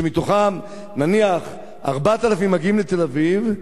מתוכם נניח 4,000 מגיעים לתל-אביב,